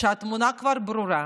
כשהתמונה כבר ברורה,